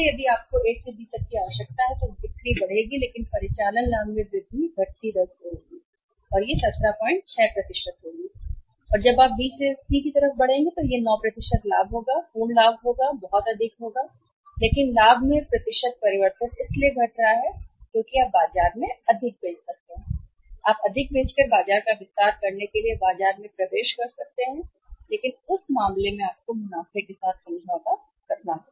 यदि आपको A से B तक की आवश्यकता है तो बिक्री बढ़ेगी लेकिन परिचालन लाभ में वृद्धि होगी घटती दर इसलिए यह 176 होगी और जब आप B से C की ओर बढ़ेंगे तो यह 9 लाभ होगा पूर्ण लाभ बहुत अधिक होगा लेकिन लाभ में प्रतिशत परिवर्तन इसलिए घट रहा है क्योंकि आप बाजार में अधिक बेच सकते हैं आप अधिक बेचकर बाजार का विस्तार करने के लिए बाजार में प्रवेश कर सकते हैं बाजार में लेकिन उस मामले में आपको मुनाफे के साथ समझौता करना होगा